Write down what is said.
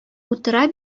утыра